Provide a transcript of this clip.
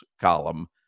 column